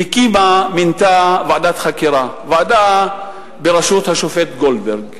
מינתה ועדת חקירה בראשות השופט גולדברג,